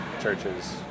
churches